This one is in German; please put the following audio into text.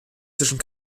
zwischen